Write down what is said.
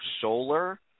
solar